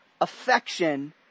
affection